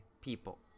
people